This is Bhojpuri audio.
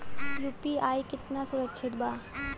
यू.पी.आई कितना सुरक्षित बा?